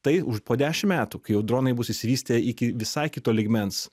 tai už po dešim metų kai jau dronai bus išsivystę iki visai kito lygmens